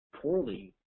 poorly